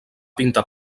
pintar